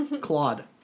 Claude